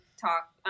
talk